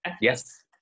yes